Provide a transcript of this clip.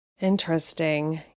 Interesting